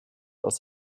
aus